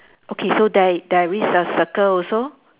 okay so there i~ there is a circle also